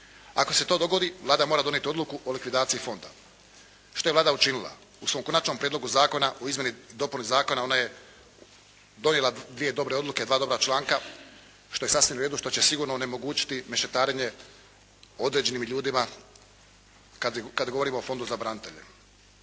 Ako se to dogodi Vlada mora donijeti odluku o likvidaciji fonda. Što je Vlada učinila? U svom Konačnom prijedlogu zakona o izmjeni i dopuni Zakona ona je donijela dvije dobre odluke, dva dobra članka što je sasvim u redu što će sigurno onemogućiti mešetarenje određenim ljudima kad govorimo o Fondu za branitelje.